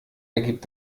ergibt